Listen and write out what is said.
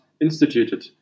instituted